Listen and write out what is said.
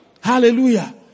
Hallelujah